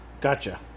Gotcha